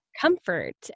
comfort